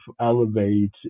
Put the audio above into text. elevate